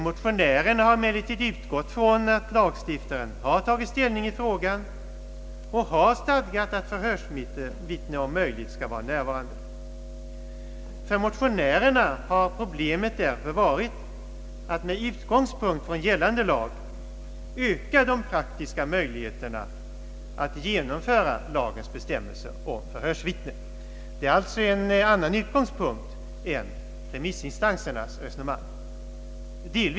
Motionärerna har emellertid utgått från att lagstiftaren har tagit ställning vittne om möjligt skall vara närvarande. För motionärerna har pro blemet därför varit att med utgångspunkt från gällande lag öka de praktiska möjligheterna att genomföra lagens bestämmelser om förhörsvittnen. Det är alltså delvis en annan utgångspunkt än remissinstansernas resonemang.